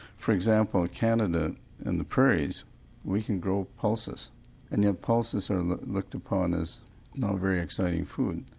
for example canada in the prairies we can grow pulses and yet pulses are looked upon as not very exciting food.